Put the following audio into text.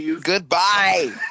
Goodbye